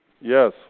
Yes